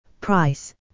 Price